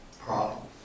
problem